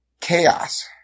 Chaos